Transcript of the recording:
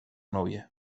novia